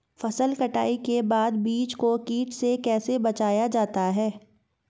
फसल कटाई के बाद बीज को कीट से कैसे बचाया जाता है?